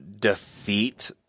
defeat